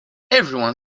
everyone